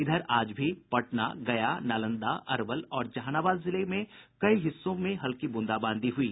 इधर आज भी पटना गया नालंदा अरवल और जहानाबाद जिले के कई हिस्सों में हल्की ब्रंदाबादी हुई